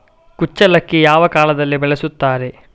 ಕುಚ್ಚಲಕ್ಕಿ ಯಾವ ಕಾಲದಲ್ಲಿ ಬೆಳೆಸುತ್ತಾರೆ?